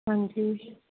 ਹਾਂਜੀ